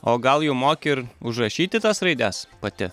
o gal jau moki ir užrašyti tas raides pati